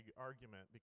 argument